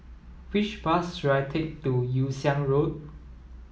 which bus should I take to Yew Siang Road